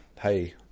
Hey